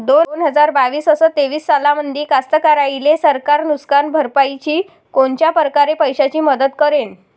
दोन हजार बावीस अस तेवीस सालामंदी कास्तकाराइले सरकार नुकसान भरपाईची कोनच्या परकारे पैशाची मदत करेन?